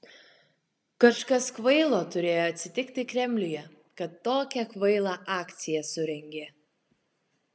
kažkas kvailo turėjo atsitiki kremliuje kad tokią kvailą akciją surengė